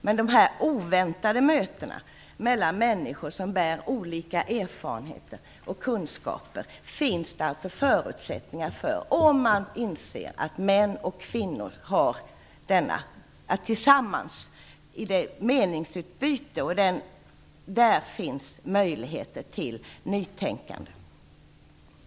För dessa oväntade möten mellan människor som bär på olika erfarenheter och kunskaper finns det alltså förutsättningar, om man inser att det finns möjligheter till nytänkande genom meningsutbyte mellan män och kvinnor tillsammans.